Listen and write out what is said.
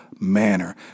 manner